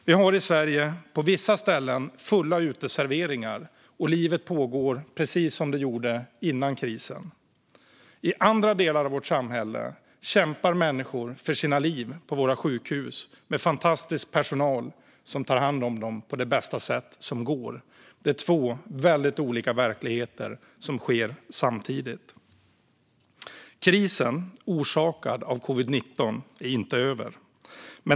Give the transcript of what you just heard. Vi har i Sverige på vissa ställen fulla uteserveringar - livet pågår precis som det gjorde före krisen. I andra delar av vårt samhälle kämpar människor för sina liv på våra sjukhus med fantastisk personal som tar hand om dem på det bästa sätt som går. Det är två väldigt olika verkligheter som finns samtidigt. Krisen orsakad av covid-19 är inte över.